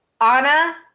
Anna